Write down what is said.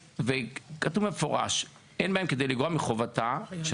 כתוב במפורש: אין בהם כדי לגרוע מחובתה של